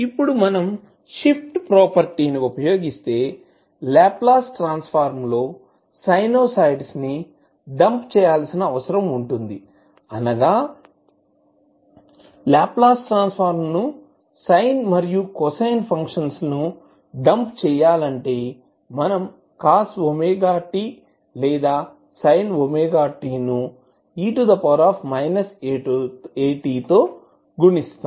ఇప్పుడు మనం shift property ని ఉపయోగిస్తే లాప్లాస్ ట్రాన్సఫర్మ్ లో సైనోయిడ్స్ ని డంప్ చేయవలసిన అవసరం ఉంటుంది అనగా లాప్లాస్ ట్రాన్సఫర్మ్ ను సైన్ మరియు కొసైన్ ఫంక్షన్లను డంప్ చేయాలంటే మనం cos wt లేదా sin wt ను e at తో గుణిస్తున్నాము